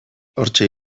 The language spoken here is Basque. hortxe